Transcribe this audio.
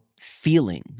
feeling